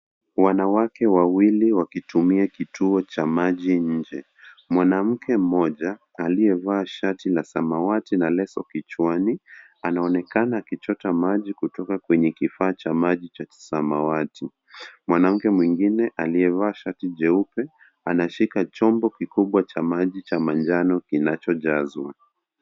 Wanawake wawili wakitumia kituo cha maji nje. Mwanamke mmoja aliyevaa shati la samawati na leso kichwani, anaonekana akichota maji kutoka kwenye kifaa cha maji cha samawati. Mwanamke mwingine aliyevaa shati jeupe, anashika chombo kikubwa cha maji cha manjano kinachojazwa.